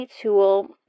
tool